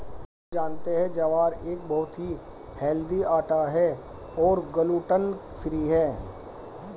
क्या आप जानते है ज्वार एक बहुत ही हेल्दी आटा है और ग्लूटन फ्री है?